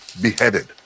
beheaded